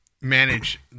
manage